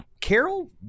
Carol